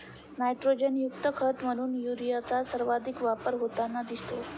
नायट्रोजनयुक्त खत म्हणून युरियाचा सर्वाधिक वापर होताना दिसतो